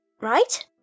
Right